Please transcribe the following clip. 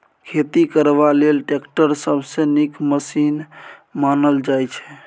खेती करबा लेल टैक्टर सबसँ नीक मशीन मानल जाइ छै